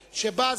לסדר-היום,